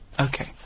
Okay